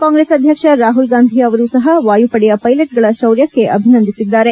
ಕಾಂಗ್ರೆಸ್ ಅಧ್ಯಕ್ಷ ರಾಹುಲ್ ಗಾಂಧಿ ಅವರೂ ಸಹ ವಾಯುಪಡೆಯ ಪೈಲಟ್ಗಳ ಶೌರ್ಯಕ್ಕೆ ಅಭಿನಂದಿಸಿದ್ದಾರೆ